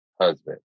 husband